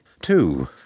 Two